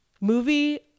movie